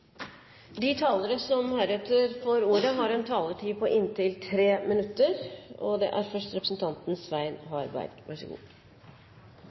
De talere som heretter får ordet, har en taletid på inntil 3 minutter.